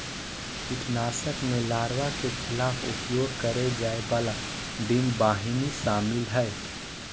कीटनाशक में लार्वा के खिलाफ उपयोग करेय जाय वाला डिंबवाहिनी शामिल हइ